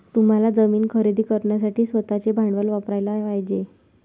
तुम्हाला जमीन खरेदी करण्यासाठी स्वतःचे भांडवल वापरयाला पाहिजे